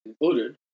included